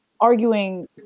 arguing